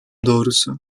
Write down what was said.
doğrusu